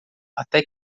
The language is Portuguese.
até